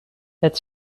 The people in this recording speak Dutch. het